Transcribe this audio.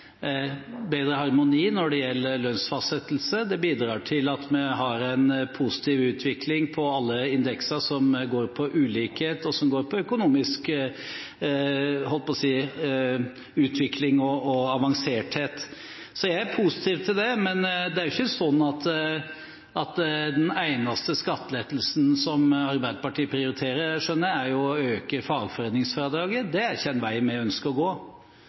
bedre harmoni når det gjelder lønnsfastsettelse. Det bidrar til at vi har en positiv utvikling på alle indekser som går på ulikhet og på økonomisk – jeg holdt på å si – utvikling og «avanserthet». Så jeg er positiv til det. Men det er ikke sånn at den eneste skattelettelsen, som Arbeiderpartiet prioriterer, skjønner jeg, er å øke fagforeningsfradraget. Det er ikke en vei vi ønsker å gå.